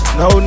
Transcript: no